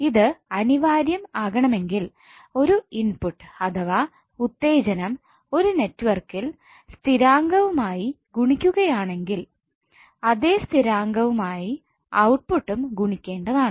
ഇത് അനിവാര്യം ആകണമെങ്കിൽ ഒരു ഇൻപുട്ട് അഥവ ഉത്തേജനം ഒരു നെറ്റ്വർക്കിൽ സ്ഥിരാങ്കവുമായി ഗുണിക്കുകയാണെങ്കിൽ അതേ സ്ഥിരാങ്കവുമായി ഔട്ട്പുട്ടും ഗുണികേണ്ടതാണ്